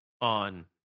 on